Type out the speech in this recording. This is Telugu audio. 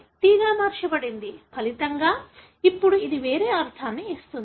గా మార్చబడింది ఫలితంగా ఇప్పుడు అది వేరే అర్థాన్ని ఇస్తుంది